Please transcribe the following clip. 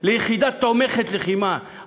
ליחידה תומכת לחימה,